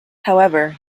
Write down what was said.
however